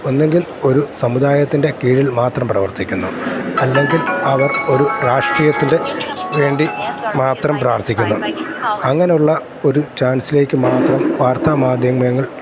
ഒന്നുകിൽ ഒരു സമുദായത്തിൻ്റെ കീഴിൽ മാത്രം പ്രവർത്തിക്കുന്നു അല്ലെങ്കിൽ അവർ ഒരു രാഷ്ട്രീയത്തിൻ്റെ വേണ്ടി മാത്രം പ്രവർത്തിക്കുന്നു അങ്ങനെയുള്ള ഒരു ചാൻസിലേക്ക് മാത്രം വാർത്ത മാധ്യമങ്ങൾ